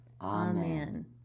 Amen